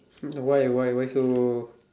why why why so